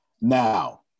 Now